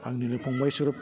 आंनिनो फंबाय सुरुब